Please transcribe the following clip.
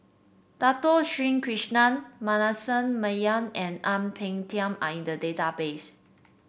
Dato Sri Krishna Manasseh Meyer and Ang Peng Tiam are in the database